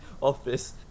office